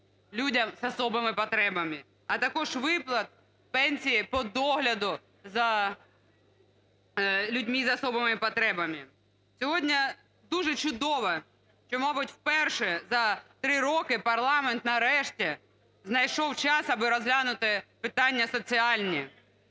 людям з особими потребами. А також виплат пенсій по догляду за людьми з особими потребами. Сьогодні дуже чудово, що, мабуть, вперше на три роки парламент нарешті знайшов час аби розглянути питання соціальні.